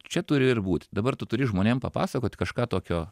čia turi ir būt dabar tu turi žmonėm papasakot kažką tokio